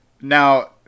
Now